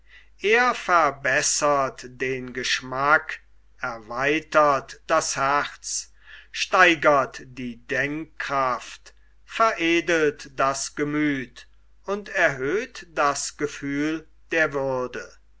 er verbessert den geschmack erweitert das herz steigert die denkkraft veredelt das gemüth und erhöht das gefühl der würde